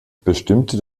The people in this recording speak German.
bestimmte